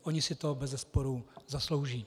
Oni si to bezesporu zaslouží.